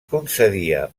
concedia